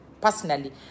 personally